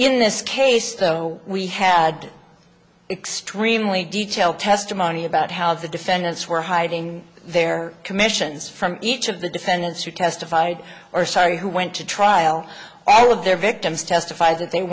in this case though we had extremely detailed testimony about how the defendants were hiding their commissions from each of the defendants who testified or sorry who went to trial all of their victims testified that they